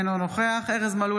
אינו נוכח ארז מלול,